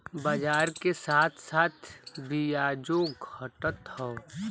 बाजार के साथ साथ बियाजो घटत हौ